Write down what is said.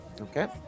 Okay